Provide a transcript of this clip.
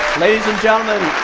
ladies and gentlemen,